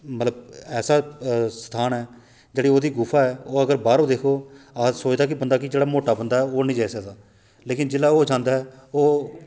मतलब ऐसा स्थान ऐ जेह्ड़ी ओह्दी गुफा ऐ ओह् अगर बाहरो दिक्खो ते सोचदा ऐ बंदा कि जेह्ड़ा मोटा बंदा ऐ ओह् नेईं जाई सकदा लेकिन जेल्लै ओह् जांदा ऐ ओह्